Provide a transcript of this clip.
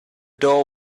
door